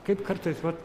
kaip kartais vat